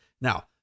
Now